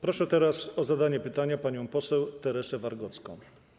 Proszę teraz o zadanie pytania panią poseł Teresę Wargocką.